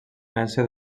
herència